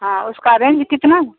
हाँ उसका रेंज कितना है